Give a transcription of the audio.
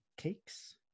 cakes